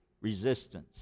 resistance